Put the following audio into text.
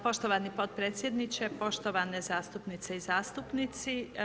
Poštovani potpredsjedniče, poštovane zastupnice i zastupnici.